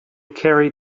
carry